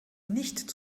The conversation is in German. nicht